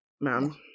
ma'am